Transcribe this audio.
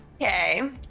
Okay